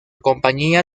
compañía